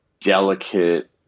delicate